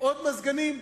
עוד מזגנים?